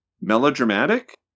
melodramatic